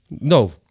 No